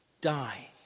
die